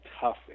tough